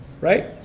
Right